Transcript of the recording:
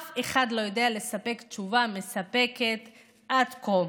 אף אחד לא ידע לספק תשובה מספקת עד כה.